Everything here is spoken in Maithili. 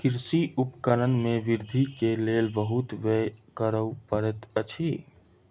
कृषि उपकरण में वृद्धि के लेल बहुत व्यय करअ पड़ैत अछि